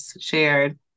shared